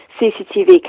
CCTV